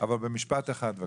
במשפט אחד בבקשה.